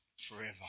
forever